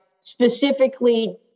specifically